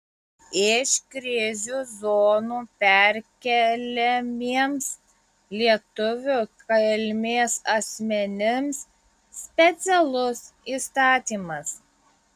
iš krizių zonų perkeliamiems lietuvių kilmės asmenims specialus įstatymas